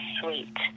sweet